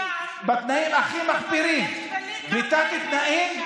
בתנאים הכי מחפירים, בתת-תנאים.